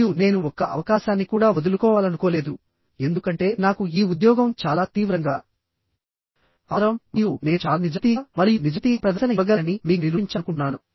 మరియు నేను ఒక్క అవకాశాన్ని కూడా వదులుకోవాలనుకోలేదు ఎందుకంటే నాకు ఈ ఉద్యోగం చాలా తీవ్రంగా అవసరం మరియు నేను చాలా నిజాయితీగా మరియు నిజాయితీగా ప్రదర్శన ఇవ్వగలనని మీకు నిరూపించాలనుకుంటున్నాను